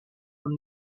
from